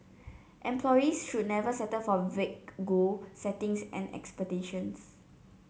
employees should also never settle for vague goal settings and expectations